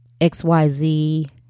XYZ